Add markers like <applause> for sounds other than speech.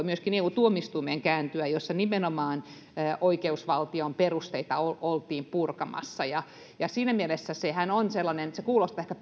<unintelligible> myöskin eu tuomioistuimeen kääntyä koska nimenomaan oikeusvaltion perusteita oltiin purkamassa siinä mielessä sehän on sellainen että se kuulostaa ehkä <unintelligible>